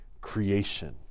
creation